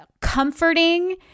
comforting